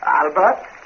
Albert